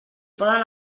poden